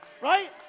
Right